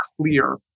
clear